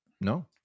no